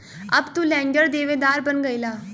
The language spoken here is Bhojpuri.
अब तू लेंडर देवेदार बन गईला